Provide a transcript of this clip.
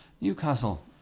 Newcastle